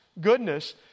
goodness